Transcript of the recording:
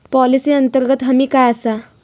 Policy अंतर्गत हमी काय आसा?